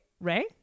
right